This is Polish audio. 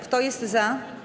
Kto jest za?